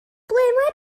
ble